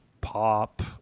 pop